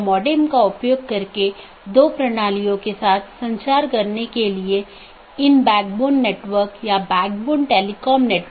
BGP निर्भर करता है IGP पर जो कि एक साथी का पता लगाने के लिए आंतरिक गेटवे प्रोटोकॉल है